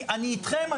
אני אתכם,